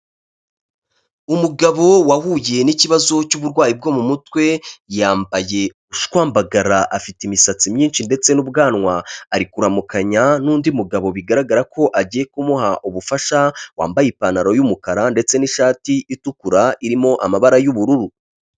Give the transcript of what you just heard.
Umugabo wahuye n'ikibazo cy'uburwayi bwo mu mutwe, yambaye ubushwambagara, afite imisatsi myinshi ndetse n'ubwanwa, ari kuramukanya n'undi mugabo bigaragara ko agiye kumuha ubufasha, wambaye ipantaro y'umukara ndetse n'ishati itukura, irimo amabara y'ubururu.